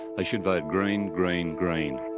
they should vote green, green, green.